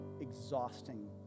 exhausting